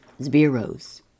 Zbiro's